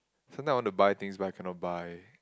sometime I want to buy things but I cannot buy